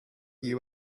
you